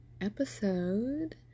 episode